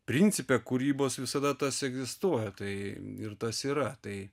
principe kūrybos visada tas egzistuoja tai ir tas yra tai